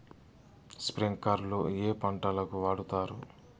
స్ప్రింక్లర్లు ఏ పంటలకు వాడుతారు?